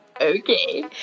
okay